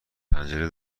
پنجره